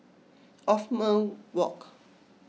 Othman Wok